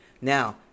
now